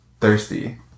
Thirsty